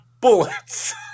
bullets